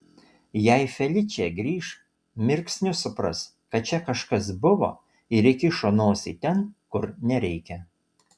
jei feličė grįš mirksniu supras kad čia kažkas buvo ir įkišo nosį ten kur nereikia